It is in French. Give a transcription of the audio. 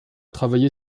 travaillé